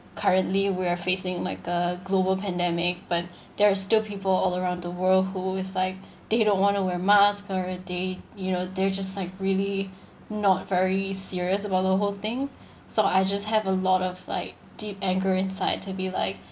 currently we are facing like the global pandemic but there are still people all around the world who's like they don't want to wear mask or they you know they're just like really not very serious about the whole thing so I just have a lot of like deep anger inside to be like